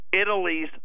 Italy's